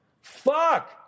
Fuck